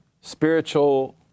spiritual